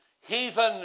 heathen